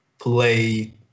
play